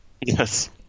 yes